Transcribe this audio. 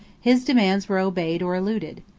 his demands were obeyed or eluded.